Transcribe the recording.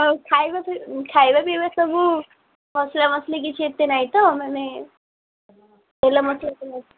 ଆଉ ଖାଇବା ପିବା ସବୁ ମସଲା ମସଲି କିଛି ଏତେ ନାହିଁ ତ ମାନେ ତେଲ ମସଲା